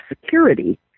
security